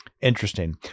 Interesting